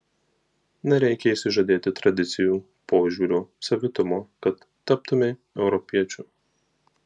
nereikia išsižadėti tradicijų požiūrio savitumo kad taptumei europiečiu